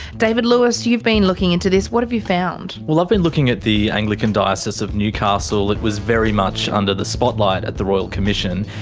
david lewis, you've been looking into this, what have you found? i've been looking at the anglican diocese of newcastle. it was very much under the spotlight at the royal commission.